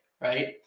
right